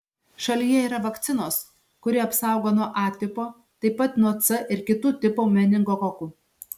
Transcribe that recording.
šalyje yra vakcinos kuri apsaugo nuo a tipo taip pat nuo c ir kitų tipų meningokokų